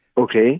Okay